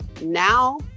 Now